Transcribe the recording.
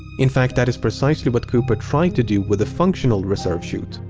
in fact, that is precisely what cooper tried to do with the functional reserve chute.